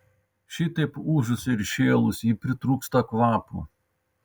šitaip ūžus ir šėlus ji pritrūksta kvapo